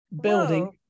building